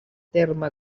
terme